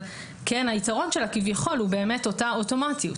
כן היתרון שלה כביכול הוא באמת אותה אוטומטיות.